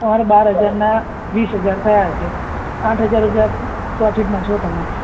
તમારે બાર હજારના વીસ હજાર થયા છે આઠ હજાર રૂપિયા પ્રોફિટમાં છો તમે